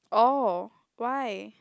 oh why